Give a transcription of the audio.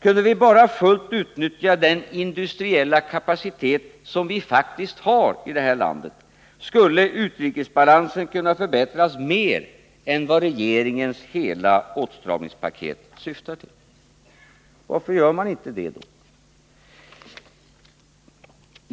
kunde vi bara fullt ut utnyttja den industriella kapacitet som vi faktiskt har i det här landet skulle utrikesbalansen kunna förbättras mer än vad regeringens hela åtstramningspaket syftar till. Varför gör man inte det då?